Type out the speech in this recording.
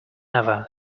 ever